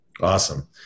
Awesome